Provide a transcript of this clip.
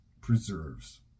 preserves